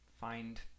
find